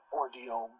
ordeal